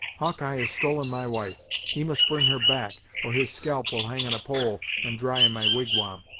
hawkeye has stolen my wife he must bring her back, or his scalp will hang on a pole, and dry in my wigwam.